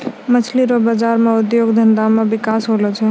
मछली रो बाजार से उद्योग धंधा मे बिकास होलो छै